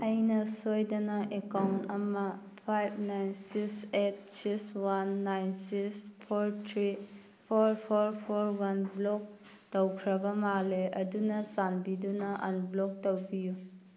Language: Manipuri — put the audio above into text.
ꯑꯩꯅ ꯁꯣꯏꯗꯅ ꯑꯦꯀꯥꯎꯟ ꯑꯃ five nine six eight six one nine six four three four four four one block ꯇꯧꯈ꯭ꯔꯕ ꯃꯥꯜꯂꯦ ꯑꯗꯨꯅ ꯆꯥꯟꯕꯤꯗꯨꯅ ꯑꯟꯕ꯭ꯂꯣꯛ ꯇꯧꯕꯤꯌꯨ